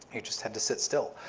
just had to sit still.